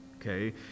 okay